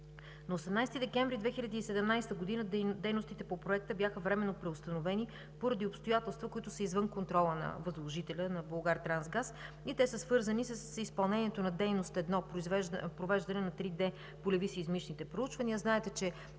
На 18 декември 2017 г. дейностите по Проекта бяха временно преустановени поради обстоятелства, които са извън контрола на възложителя – на „Булгартрансгаз“, и те са свързани с изпълнението на дейност 1 – провеждане на 3D полеви сеизмични проучвания.